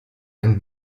ein